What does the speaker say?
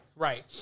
Right